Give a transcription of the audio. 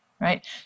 right